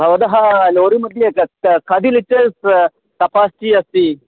भवतः लोरिमध्ये कत् कति लिटर्स् कपास्टि अस्ति